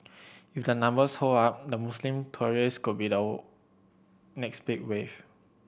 if the numbers hold up the Muslim tourist could be the next big wave